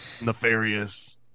Nefarious